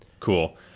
cool